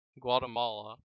guatemala